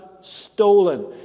stolen